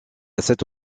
cette